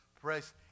Praise